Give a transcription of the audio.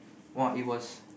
!wah! it was